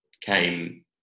came